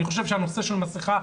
אני חושב שלגבי מסכה,